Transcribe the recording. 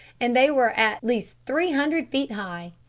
and they were at least three hundred feet high.